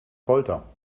folter